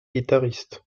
guitaristes